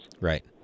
Right